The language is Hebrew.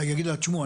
להגיד לה שמעו,